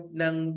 ng